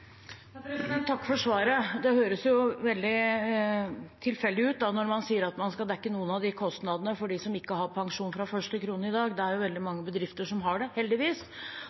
Takk for svaret. Det høres veldig tilfeldig ut, da, når man sier at man skal dekke noen av de kostnadene for dem som ikke har pensjon fra første krone i dag. Det er veldig mange bedrifter som har det, heldigvis,